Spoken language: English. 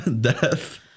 death